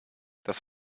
das